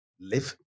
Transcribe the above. live